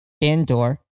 indoor